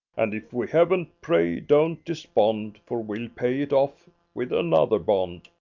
and if we haven't, pray don't despond, for we'll pay it off with another bond.